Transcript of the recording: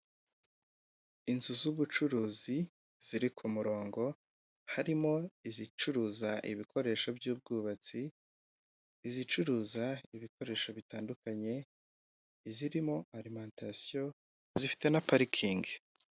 Inzu z'ubucuruzi ziri ku murongo harimo izicuruza ibikoresho by'ubwubatsi, izicuruza ibikoresho bitandukanye, izirimo alimantasiyo zifite na parikingi.